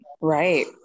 right